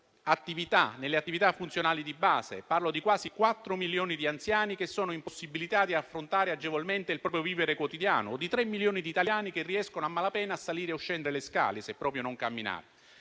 nelle attività funzionali di base: parlo di quasi quattro milioni di anziani che sono impossibilitati ad affrontare agevolmente il proprio vivere quotidiano, o di tre milioni di italiani che riescono a malapena a salire o scendere le scale, se non proprio a camminare.